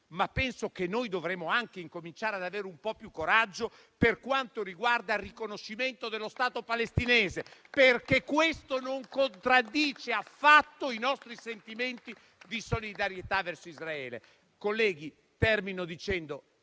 ma penso che dovremmo anche incominciare ad avere un po' più coraggio per quanto riguarda il riconoscimento dello Stato palestinese, perché questo non contraddice affatto i nostri sentimenti di solidarietà verso Israele.